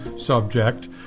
subject